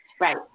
Right